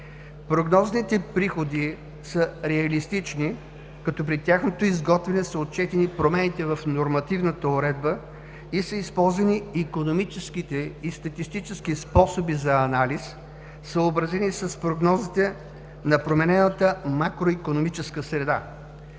Прогнозните приходи са реалистични, като при тяхното изготвяне са отчетени промените в нормативната уредба и са използвани икономическите и статистически способи за анализ, съобразени с прогнозите на променената макроикономическа среда.